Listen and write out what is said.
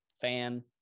fan